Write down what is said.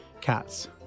cats